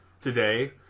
today